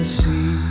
see